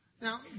Now